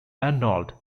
arnold